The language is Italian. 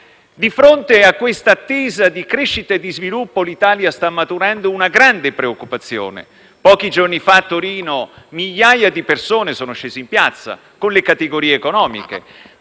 Di fronte a quest'attesa di crescita e sviluppo, l'Italia sta maturando una grande preoccupazione. Pochi giorni fa, a Torino, migliaia di persone sono scese in piazza con le categorie economiche.